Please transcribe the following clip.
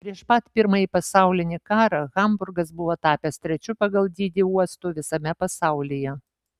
prieš pat pirmąjį pasaulinį karą hamburgas buvo tapęs trečiu pagal dydį uostu visame pasaulyje